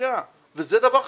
זה דבר חשוב,